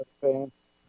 fans